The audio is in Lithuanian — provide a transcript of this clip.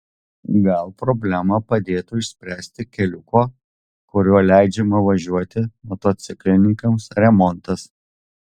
gal problemą padėtų išspręsti keliuko kuriuo leidžiama važiuoti motociklininkams remontas